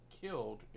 killed